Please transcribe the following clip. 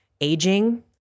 aging